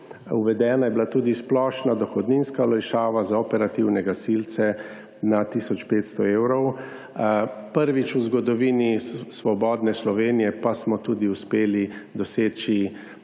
uvedena je bila tudi splošna dohodninska olajšava za operativne gasilce na 1500 evrov. Prvič v zgodovini svobodne Slovenije pa smo tudi uspeli doseči,